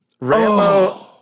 Rambo